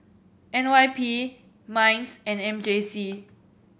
N Y P M INDS and M J C